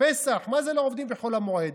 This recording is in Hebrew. פסח, מה זה לא עובדים בחול המועד?